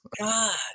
God